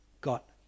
got